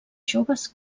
joves